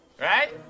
Right